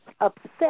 upset